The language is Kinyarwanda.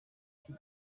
iki